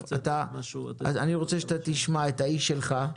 אני רוצה שתשמע את האיש שלך,